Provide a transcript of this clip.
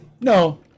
No